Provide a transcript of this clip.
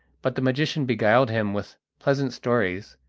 but the magician beguiled him with pleasant stories,